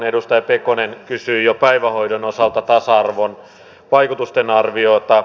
edustaja pekonen kysyi jo päivähoidon osalta tasa arvon vaikutusten arviota